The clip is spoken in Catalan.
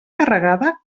carregada